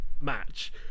match